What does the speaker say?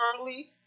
early